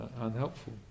unhelpful